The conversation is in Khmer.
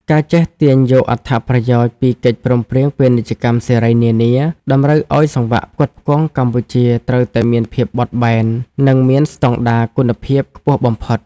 ការចេះទាញយកអត្ថប្រយោជន៍ពីកិច្ចព្រមព្រៀងពាណិជ្ជកម្មសេរីនានា តម្រូវឱ្យសង្វាក់ផ្គត់ផ្គង់កម្ពុជាត្រូវតែមានភាពបត់បែន និងមានស្ដង់ដារគុណភាពខ្ពស់បំផុត។